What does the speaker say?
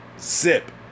Zip